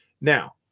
Now